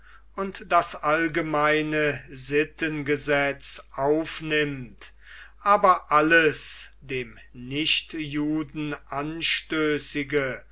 und das allgemeine sittengesetz aufnimmt aber alles dem nichtjuden anstößige